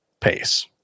pace